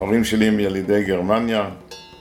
הורים שלי הם ילידי גרמניה